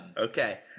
Okay